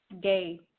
gay